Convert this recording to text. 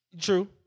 True